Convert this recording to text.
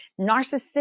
narcissistic